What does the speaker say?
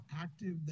active